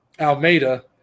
Almeida